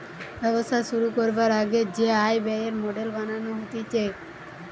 ব্যবসা শুরু করবার আগে যে আয় ব্যয়ের মডেল বানানো হতিছে